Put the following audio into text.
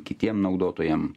kitiem naudotojam